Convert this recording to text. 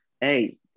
Hey